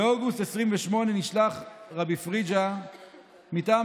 באוגוסט 1928 נשלח רבי פריג'א מטעם